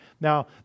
Now